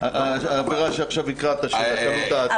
העבירה שעכשיו הקראת, של קלות דעת?